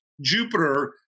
jupiter